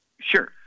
Sure